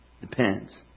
Depends